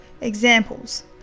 examples